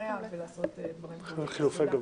חבריה לעשות דברים חשובים.